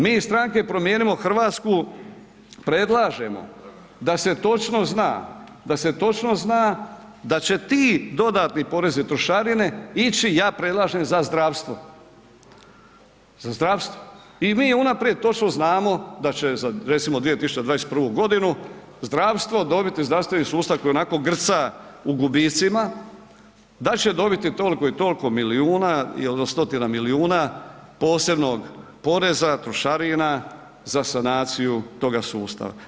Mi iz stranke Promijenimo Hrvatsku predlažemo da se točno zna da će ti dodatni porezi i trošarine ići ja predlažem za zdravstvo, za zdravstvo i mi unaprijed točno znamo da će, recimo za 2021. godinu, zdravstvo dobiti zdravstveni sustav koji i onako grca u gubicima da će dobiti toliko i toliko milijuna, stotina milijuna posebnog poreza, trošarina za sanaciju toga sustava.